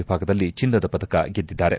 ವಿಭಾಗದಲ್ಲಿ ಚಿನ್ನದ ಪದಕ ಪಡೆದಿದ್ದಾರೆ